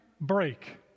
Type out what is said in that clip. break